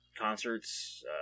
Concerts